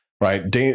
right